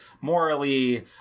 morally